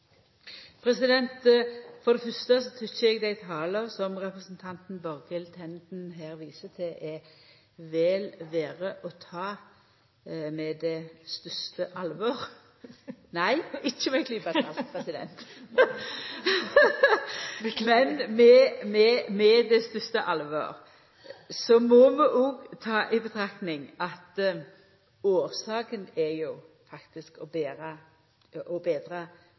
For det fyrste tykkjer eg dei tala som representanten Borghild Tenden her viser til, er vel verde å ta med det største alvor – nei, ikkje med ei klype salt, men med det største alvor! Så må vi òg ta i betraktning at årsaka er jo faktisk å